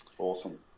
awesome